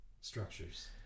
structures